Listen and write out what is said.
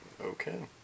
Okay